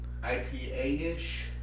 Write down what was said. IPA-ish